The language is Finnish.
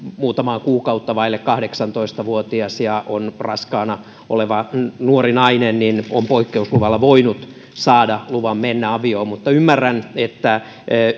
muutamaa kuukautta vaille kahdeksantoista vuotias ja on raskaana oleva nuori nainen niin on poikkeusluvalla voinut saada luvan mennä avioon mutta ymmärrän että